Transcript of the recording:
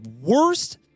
worst